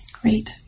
Great